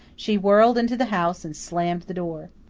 she whirled into the house and slammed the door.